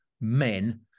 men